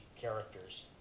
characters